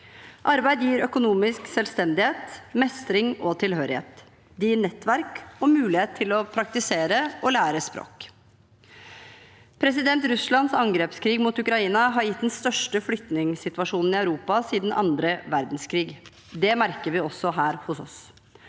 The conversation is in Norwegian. Arbeid gir økonomisk selvstendighet, mestring og tilhørighet, det gir nettverk og mulighet til å praktisere og lære språk. Russlands angrepskrig mot Ukraina har gitt den største flyktningsituasjonen i Europa siden annen verdenskrig. Det merker vi også her hos oss.